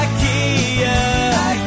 Ikea